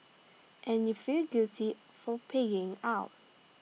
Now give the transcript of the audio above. and you feel guilty for pigging out